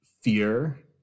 fear